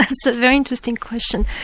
it's a very interesting question.